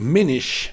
Minish